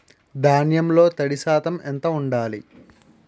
ధాన్యంలో తడి శాతం ఎంత ఉండాలి?